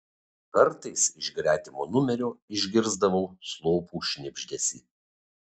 kartais iš gretimo numerio išgirsdavau slopų šnibždesį